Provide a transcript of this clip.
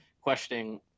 questioning